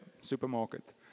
supermarket